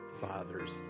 fathers